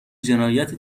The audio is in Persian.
جنایت